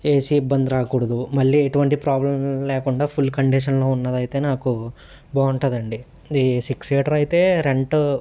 AC ఇబ్బంది రాకూడదు మళ్ళీ ఎటువంటి ప్రాబ్లం లేకుండా ఫుల్ కండిషన్లో ఉన్నదయితే నాకు బాగుంటుందండి ఇది సిక్స్ సీటర్ అయితే రెంట్